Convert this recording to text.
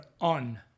on